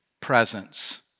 presence